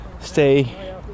stay